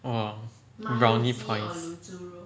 !whoa! brownie points